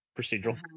procedural